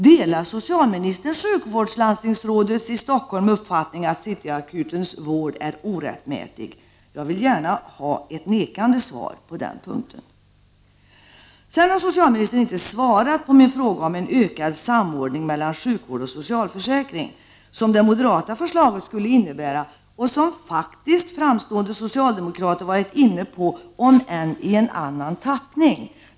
Delar socialministern sjukvårdslandstingsrådets i Stockholm uppfattning att City Akutens vård är orättmätig? Jag vill gärna ha ett nekande svar på den frågan. Socialministern har inte svarat på min fråga om en ökad samordning mellan sjukvård och socialförsäkring, som det moderata förslaget skulle innebära och som faktiskt framstående socialdemokrater varit inne på, om än i en annan tappning.